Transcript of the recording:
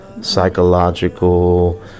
psychological